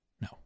No